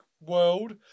World